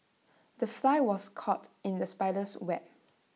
the fly was caught in the spider's web